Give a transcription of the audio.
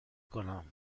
کنم